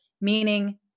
meaning